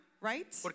Right